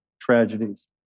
tragedies